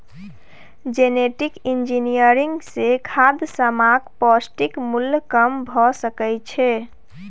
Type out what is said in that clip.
genetic engineering सँ खाद्य समानक पौष्टिक मुल्य कम भ सकै छै